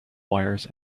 wires